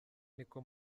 niko